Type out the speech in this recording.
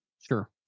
Sure